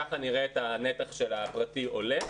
ככה נראה את הנתח של הפרטי עולה.